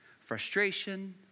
frustration